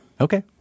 Okay